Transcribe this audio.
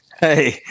Hey